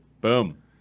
Boom